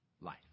life